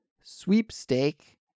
sweepstake